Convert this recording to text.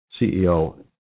CEO